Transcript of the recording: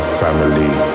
family